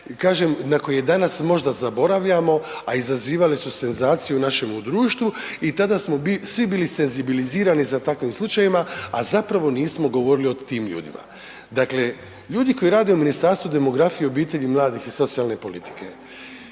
na koje danas možda zaboravljamo, a izazivale su senzaciju u našem društvu i tada smo svi bili senzibilizirani za takvim slučajevima, a zapravo nismo govorili o tim ljudima. Dakle, ljudi koji rade u Ministarstvu demografije, obitelji, mladih i socijalne politike,